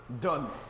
done